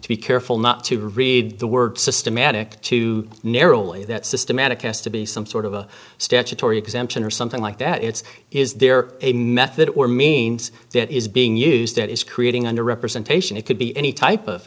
be careful not to read the word systematic too narrowly that systematic has to be some sort of a statutory exemption or something like that it's is there a method or means that is being used that is creating under representation it could be any type of